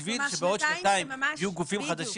בשביל שבעוד שנתיים יהיו גופים חדשים